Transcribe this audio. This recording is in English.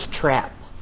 trap